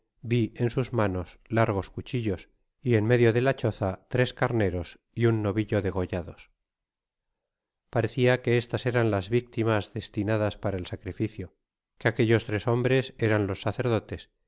vi en sus manos largos cuchillos y en medio de la'choza tres carneros y uü novillo degollados paracia que estas eran las víctimas destinadas para el sacrificio que aquellos tres hombres eran los sacerdotes